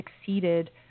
succeeded